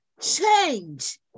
change